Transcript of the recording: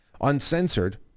uncensored